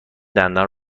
دندان